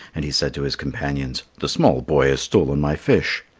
and he said to his companions, the small boy has stolen my fish.